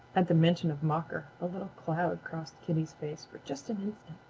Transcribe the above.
at the mention of mocker a little cloud crossed kitty's face for just an instant.